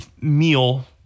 meal